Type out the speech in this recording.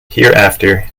hereafter